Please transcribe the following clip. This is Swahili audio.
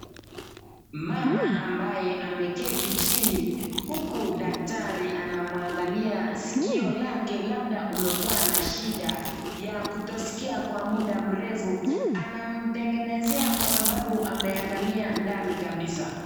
Mama ambaye ameketi chini huku daktari anamwangalia sikio lake labda umekuwa na shinda ya kutosikia kwa muda mrefu. Anamtengenezea kwa sababu ameangalia ndani kabisa.